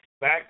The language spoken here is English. back